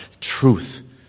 Truth